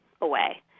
away